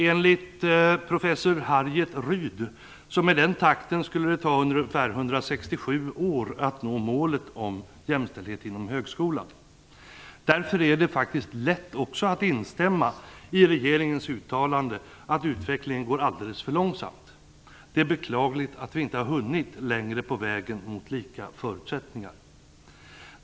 Enligt professor Harriet Ryd skulle det med den nuvarande takten ta 167 år att nå målet om jämställdhet inom högskolan. Därför är det faktiskt lätt att instämma i regeringens uttalande att utvecklingen går alldeles för långsamt. Det är beklagligt att vi inte har hunnit längre på vägen mot lika förutsättningar.